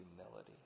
humility